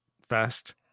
fast